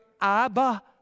abba